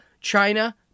China